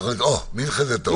אוה, מנחה זה טוב.